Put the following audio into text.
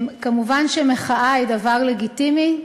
מובן שמחאה היא דבר לגיטימי,